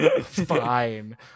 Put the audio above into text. Fine